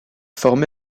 formé